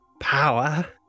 power